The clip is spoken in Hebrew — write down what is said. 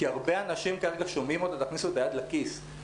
כי הרבה אנשים שומעים כרגע להכניס את היד לכיס.